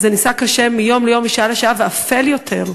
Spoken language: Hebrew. זה נעשה קשה מיום ליום, משעה לשעה, ואפל יותר.